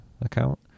account